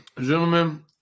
Gentlemen